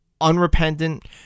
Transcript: unrepentant